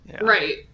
Right